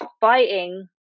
fighting